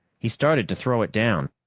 he started to throw it down,